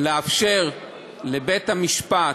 ולאפשר לבית-המשפט,